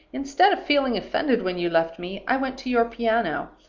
instead of feeling offended when you left me, i went to your piano,